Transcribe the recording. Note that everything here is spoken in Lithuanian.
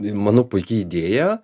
manau puiki idėja